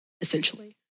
essentially